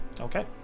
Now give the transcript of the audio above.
Okay